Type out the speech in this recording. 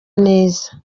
neza